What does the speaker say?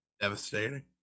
Devastating